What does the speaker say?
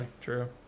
true